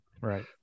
right